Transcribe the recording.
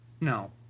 no